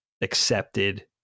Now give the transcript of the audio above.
accepted